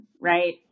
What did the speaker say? right